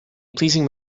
pleasing